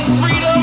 freedom